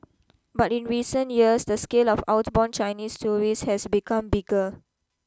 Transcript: but in recent years the scale of outbound Chinese tourists has become bigger